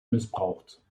missbraucht